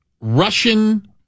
Russian